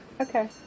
Okay